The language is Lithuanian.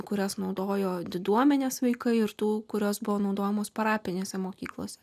kurias naudojo diduomenės vaikai ir tų kurios buvo naudojamos parapinėse mokyklose